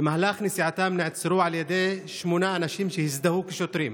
במהלך נסיעתם נעצרו על ידי שמונה אנשים שהזדהו כשוטרים,